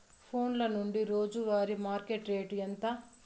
ఫోన్ల నుండి రోజు వారి మార్కెట్ రేటు ఎంత?